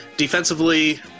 Defensively